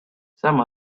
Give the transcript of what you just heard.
some